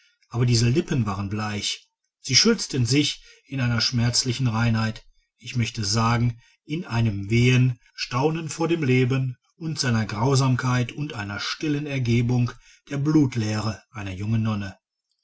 aber diese lippen waren bleich sie schürzten sich in einer schmerzlichen reinheit ich möchte sagen in einem wehen staunen vor dem leben und seiner grausamkeit und einer stillen ergebung der blutleere einer jungen nonne